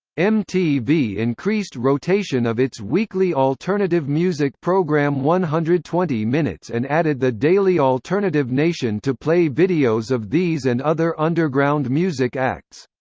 mtv increased rotation of its weekly alternative music program one hundred and twenty minutes and added the daily alternative nation to play videos of these and other underground music acts.